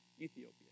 Ethiopia